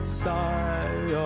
sigh